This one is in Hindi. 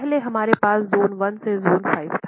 पहले हमारे पास ज़ोन I से ज़ोन V था